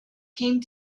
came